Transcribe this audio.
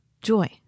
joy